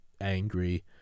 angry